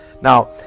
Now